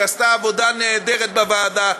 שעשתה עבודה נהדרת בוועדה,